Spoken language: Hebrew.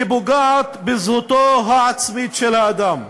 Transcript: היא פוגעת בזהותו העצמית של האדם.